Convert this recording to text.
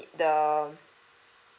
the